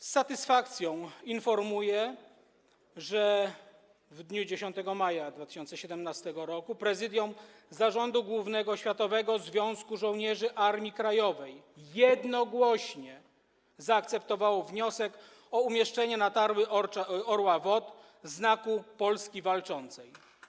Z satysfakcją informuję, że w dniu 10 maja 2017 r. Prezydium Zarządu Głównego Światowego Związku Żołnierzy Armii Krajowej jednogłośnie zaakceptowało wniosek o umieszczenie na tarczy orła WOT Znaku Polski Walczącej.